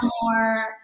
more